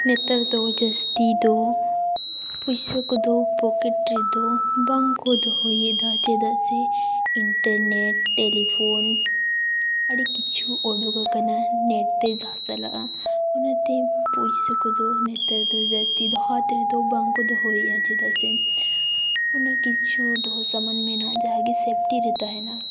ᱱᱮᱛᱟᱨ ᱫᱚ ᱡᱟᱹᱥᱛᱤ ᱫᱚ ᱯᱚᱭᱥᱟ ᱠᱚᱫᱚ ᱯᱚᱠᱮᱴ ᱨᱮᱫᱚ ᱵᱟᱝ ᱠᱚ ᱫᱚᱦᱚᱭᱮᱫᱟ ᱪᱮᱫᱟᱜ ᱥᱮ ᱤᱱᱴᱟᱨᱱᱮᱴ ᱴᱮᱞᱤᱯᱷᱳᱱ ᱟᱹᱰᱤ ᱠᱤᱪᱷᱩ ᱚᱰᱚᱠ ᱟᱠᱟᱱᱟ ᱱᱮᱴ ᱛᱮ ᱡᱟᱦᱟᱸ ᱪᱟᱞᱟᱜᱼᱟ ᱚᱱᱟᱛᱮ ᱯᱩᱭᱥᱟ ᱠᱚᱫᱚ ᱱᱮᱛᱟᱨ ᱫᱚ ᱡᱟᱹᱥᱛᱤ ᱫᱚ ᱦᱟᱛ ᱨᱮᱫᱚ ᱵᱟᱝ ᱠᱚ ᱫᱚᱦᱚᱭᱮᱜᱼᱟ ᱪᱮᱫᱟᱜ ᱥᱮ ᱚᱱᱟ ᱠᱤᱪᱷᱩ ᱫᱚᱦᱚ ᱥᱟᱢᱟᱱ ᱢᱮᱱᱟᱜᱼᱟ ᱡᱟᱦᱟᱸ ᱜᱮ ᱥᱮᱯᱴᱤ ᱨᱮ ᱛᱟᱦᱮᱱᱟ